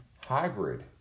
Hybrid